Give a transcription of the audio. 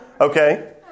Okay